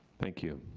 thank you.